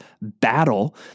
battle